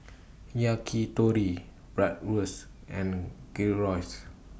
Yakitori Bratwurst and Gyros